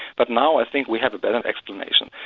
but now i think we have a better explanation.